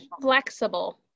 flexible